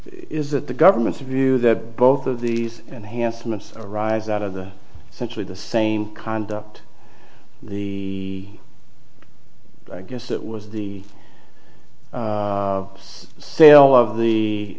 is that the government's view that both of these and handsomest arise out of the century the same conduct the i guess that was the sale of the